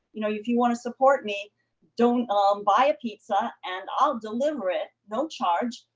you know, if you want to support me don't um buy a pizza and i'll deliver it, no charge,